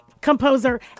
composer